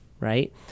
right